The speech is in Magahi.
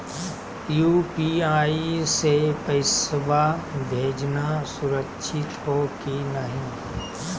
यू.पी.आई स पैसवा भेजना सुरक्षित हो की नाहीं?